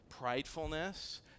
Pridefulness